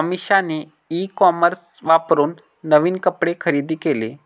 अमिषाने e commerce वापरून नवीन कपडे खरेदी केले